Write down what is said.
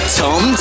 tom